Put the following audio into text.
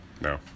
No